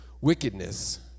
wickedness